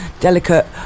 delicate